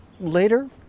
later